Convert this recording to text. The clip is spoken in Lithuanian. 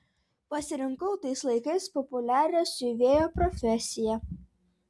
pasirinkau tais laikais populiarią siuvėjo profesiją